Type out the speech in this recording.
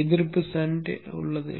எதிர்ப்பு ஷண்ட் எதிர்ப்பு உள்ளது